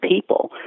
people